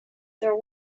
there